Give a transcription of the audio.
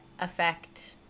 effect